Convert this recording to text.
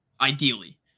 ideally